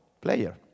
player